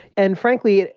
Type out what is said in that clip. and frankly,